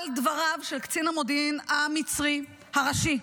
על דבריו של קצין המודיעין המצרי הראשי,